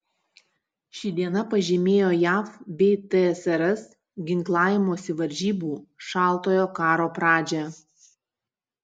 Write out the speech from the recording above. ši diena pažymėjo jav bei tsrs ginklavimosi varžybų šaltojo karo pradžią